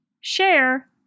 share